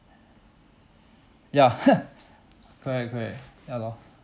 ya !huh! correct correct ya lor